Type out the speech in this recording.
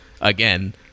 Again